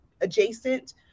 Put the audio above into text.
adjacent